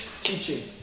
teaching